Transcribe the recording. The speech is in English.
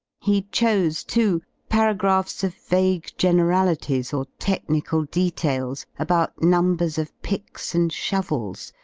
he chose, too, para graphs of vague generalities or technical details about num bers of picks and shovels,